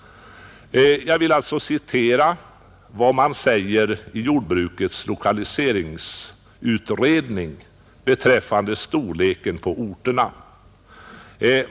Jag vill därför citera vad jordbrukets lokaliseringsutredning anför beträffande orternas storlek.